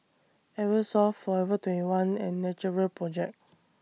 Eversoft Forever twenty one and Natural Project